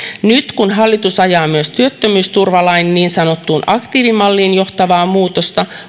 nyt kun hallitus ajaa myös työttömyysturvalain niin sanottuun aktiivimalliin johtavaa muutosta